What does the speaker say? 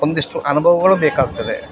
ಒಂದಿಷ್ಟು ಅನುಭವಗಳು ಬೇಕಾಗ್ತದೆ